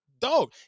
dog